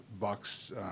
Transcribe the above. bucks